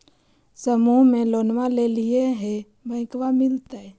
समुह मे लोनवा लेलिऐ है बैंकवा मिलतै?